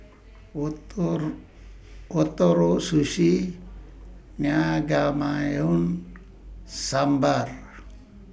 Ootoro Ootoro Sushi Naengmyeon Sambar